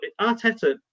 Arteta